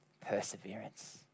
perseverance